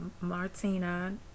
Martina